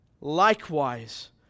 likewise